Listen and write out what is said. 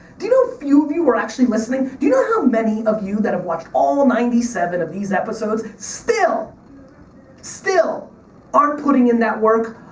do you know few of you were actually listening? do you know how many of you that have watched all ninety seven of these episodes still still aren't putting in that work,